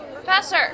Professor